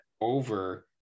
over